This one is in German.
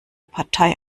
partei